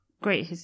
great